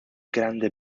grande